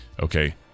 Okay